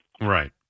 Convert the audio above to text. Right